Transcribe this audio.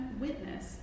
witness